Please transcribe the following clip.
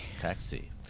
Taxi